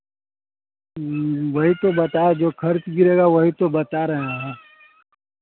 वही तो बताए जो खर्च गिरेगा वही तो बता रहे हैं